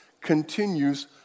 continues